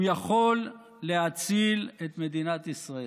הוא יכול להציל את מדינת ישראל.